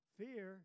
fear